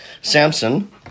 Samson